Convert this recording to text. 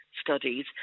studies